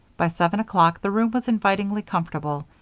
by seven o'clock the room was invitingly comfortable.